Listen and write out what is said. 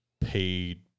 paid